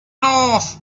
north